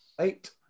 Eight